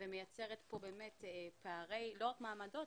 ומייצרת פה באמת לא רק פערי מעמדות,